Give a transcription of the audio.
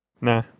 Nah